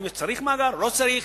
אם צריך מאגר או לא צריך,